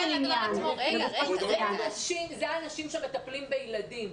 זה האנשים שמטפלים בילדים.